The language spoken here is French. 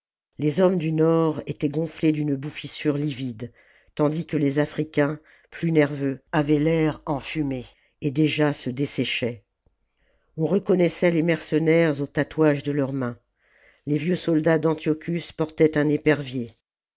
les hommes du nord étaient gonflés d'une bouffissure livide tandis que les africains plus nerveux avaient l'air enfumés et déjà se desséchaient on reconnaissait les mercenaires aux tatouages de leurs mains les vieux soldats d'antiocnus portaient un épervier